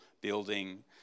building